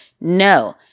No